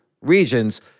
regions